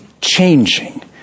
changing